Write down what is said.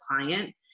client